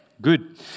Good